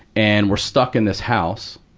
and we're stuck in this house.